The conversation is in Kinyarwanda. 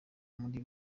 muri